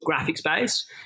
graphics-based